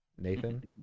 nathan